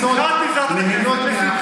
בשמחה הצבעת בעד.